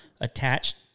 attached